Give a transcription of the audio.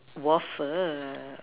waffle